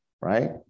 right